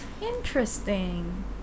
Interesting